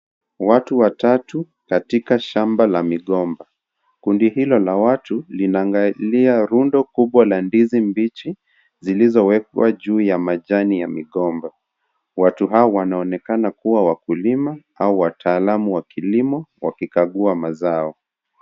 Watu watatu katika shamba la migomba, kundi hilo la watu linaangalia rundo kubwa la ndizi mbichi zilizo wekwa juu ya majani ya migomba. Watu hawa wanaonekana kuwa wakulima au wataalamu wa kilimo wakichagua mazao.